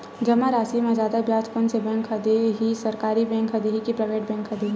जमा राशि म जादा ब्याज कोन से बैंक ह दे ही, सरकारी बैंक दे हि कि प्राइवेट बैंक देहि?